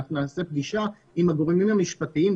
אנחנו נעשה פגישה עם הגורמים המשפטיים,